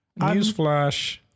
Newsflash